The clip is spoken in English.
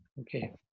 Okay